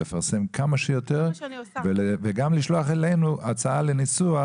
לפרסם כמה שיותר וגם לשלוח אלינו הצעה לניסוח